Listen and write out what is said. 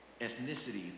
Ethnicity